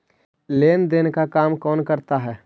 लेन देन का काम कौन करता है?